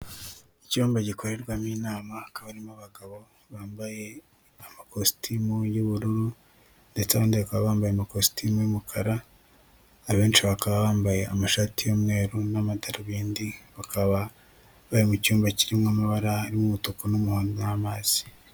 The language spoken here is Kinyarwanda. Icyumba gikorerwamo inama hakaba harimo abagabo bambaye amakositimu y'ubururu, ndetse abandi bakaba bambaye amakositimu y'umukara, abenshi bakaba bambaye amashati y'umweru n'amadarubindi bakaba bari mu cyumba kirimo amabara y'umutuku n'umuhondo n'amazi.